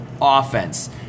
offense